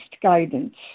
guidance